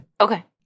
Okay